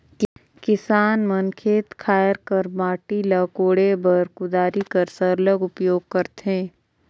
किसान मन खेत खाएर कर माटी ल कोड़े बर कुदारी कर सरलग उपियोग करथे